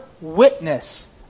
witness